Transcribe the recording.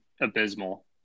abysmal